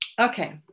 okay